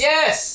Yes